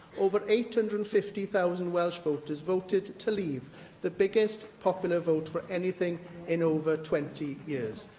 over eight hundred and fifty thousand welsh voters voted to leave the biggest popular vote for anything in over twenty years.